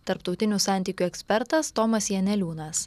tarptautinių santykių ekspertas tomas janeliūnas